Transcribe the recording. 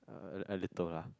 uh a a little lah